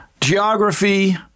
geography